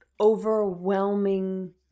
overwhelming